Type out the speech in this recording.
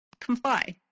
comply